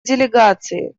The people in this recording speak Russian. делегации